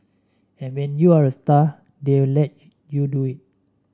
and when you're a star they will let you do it